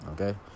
Okay